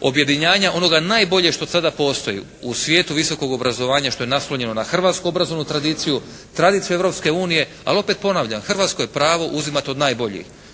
objedinjanja onog najbolje što sada postoji u svijetu visokog obrazovanja što je naslonjeno na hrvatsku obrazovnu tradiciju, tradiciju Europske unije. Ali opet ponavljam, hrvatsko je pravo uzimati od najboljih.